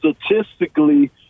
statistically